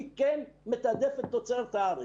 אני כן מתעדף את תוצרת הארץ.